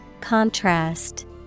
Contrast